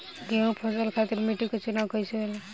गेंहू फसल खातिर मिट्टी के चुनाव कईसे होला?